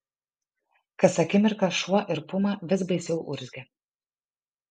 kas akimirką šuo ir puma vis baisiau urzgė